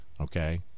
okay